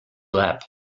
lap